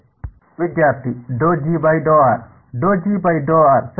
ವಿದ್ಯಾರ್ಥಿ ಸರಿ